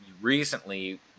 recently